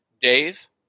Dave